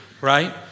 right